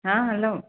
ହଁ ହେଲୋ